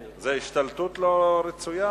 זו השתלטות לא רצויה.